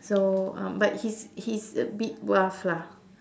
so um but he's he's a bit rough lah